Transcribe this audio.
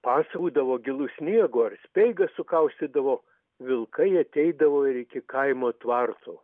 pasakodavo gilu sniego ir speigas sukaustydavo vilkai ateidavo ir iki kaimo tvartų